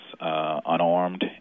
unarmed